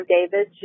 David